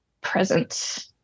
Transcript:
present